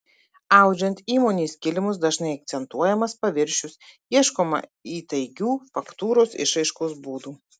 audžiant įmonės kilimus dažnai akcentuojamas paviršius ieškoma įtaigių faktūros išraiškos būdų